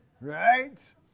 Right